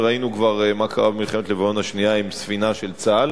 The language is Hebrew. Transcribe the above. וראינו כבר מה קרה במלחמת לבנון השנייה עם ספינה של צה"ל.